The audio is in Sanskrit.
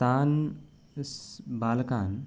तान् एस् बालकान्